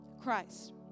Christ